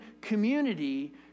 community